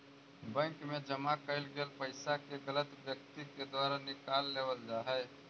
bank मैं जमा कैल गेल पइसा के गलत व्यक्ति के द्वारा निकाल लेवल जा हइ